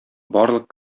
барлык